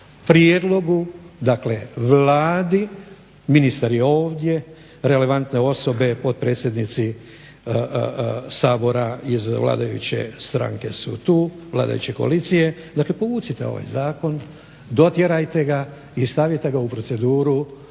prijedlogu dakle Vladi, ministar je ovdje, relevantne osobe, potpredsjednici Sabora iz vladajuće stranke su tu, vladajuće koalicije, dakle povucite ovaj zakon, dotjerajte ga i stavite ga u proceduru